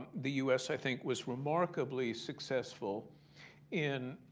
the u s, i think, was remarkably successful in